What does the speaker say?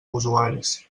usuaris